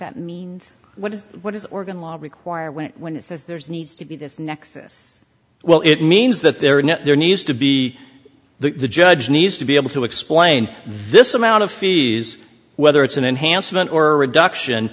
that means what is what is oregon law require went when it says there's needs to be this nexus well it means that there are now there needs to be the judge needs to be able to explain this amount of fees whether it's an enhancement or reduction